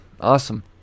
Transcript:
Awesome